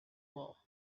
war